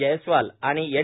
जैयस्वाल आणि एन